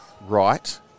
right